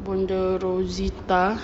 bonda rozita